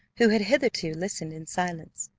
who had hitherto listened in silence,